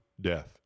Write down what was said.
death